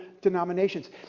denominations